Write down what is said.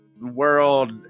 world